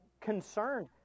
concerned